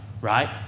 Right